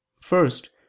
First